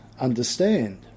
understand